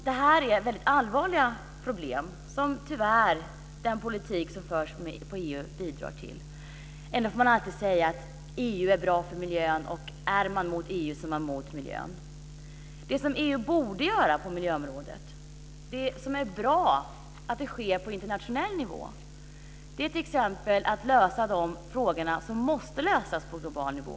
Det här är väldigt allvarliga problem som den politik som förs i EU tyvärr bidrar till. Ändå säger man alltid att EU är bra för miljön och är man mot EU så är man mot miljön. Det som EU borde göra på miljöområdet, det som är bra att det sker på internationell nivå, är t.ex. att lösa de frågor som måste lösas på global nivå.